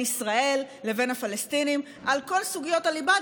ישראל לבין הפלסטינים על כל סוגיות הליבה,